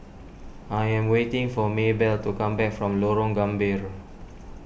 I am waiting for Maybell to come back from Lorong Gambir